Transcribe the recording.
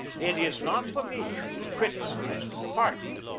it is not for me to criticise the department,